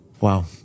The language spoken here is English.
wow